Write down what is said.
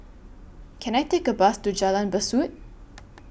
Can I Take A Bus to Jalan Besut